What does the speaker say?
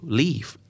leave